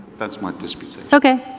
that's my disputation. okay.